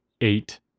eight